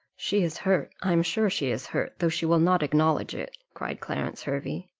she is hurt i am sure she is hurt, though she will not acknowledge it, cried clarence hervey.